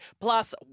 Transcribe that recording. Plus